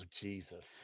jesus